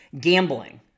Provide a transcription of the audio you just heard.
gambling